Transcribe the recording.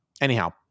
anyhow